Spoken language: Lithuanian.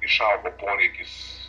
išaugo poreikis